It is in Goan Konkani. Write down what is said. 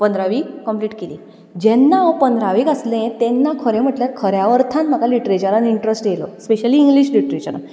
पंदरावी कंप्लीट केली जेन्ना हांव पंद्रावेक आसलें तेन्ना खरें म्हटल्यार खऱ्या अर्थान म्हाका लिट्रेचरान इंट्रस्ट येयलो स्पेशली इंग्लीश लिट्रेचरान